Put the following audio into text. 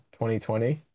2020